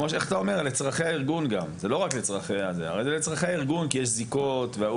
הרי זה לצרכי הארגון כי יש זיקות וההוא